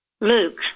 Luke